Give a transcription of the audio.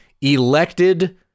elected